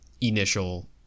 initial